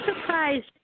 surprised